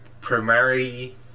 primary